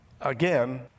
Again